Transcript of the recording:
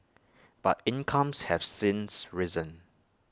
but incomes have since risen